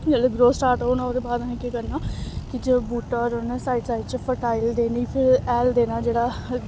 जेल्लै growth start होना ओह्दे बाद असें केह् करना कि जो बूह्टा होना ना साइड साइड च फर्टाइल देनी फिर हैल देना जेह्ड़ा